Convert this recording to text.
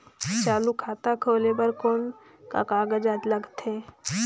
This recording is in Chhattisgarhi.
चालू खाता खोले बर कौन का कागजात लगथे?